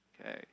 Okay